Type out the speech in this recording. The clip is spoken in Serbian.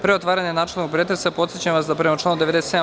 Pre otvaranja načelnog pretresa, podsećam vas da, prema članu 97.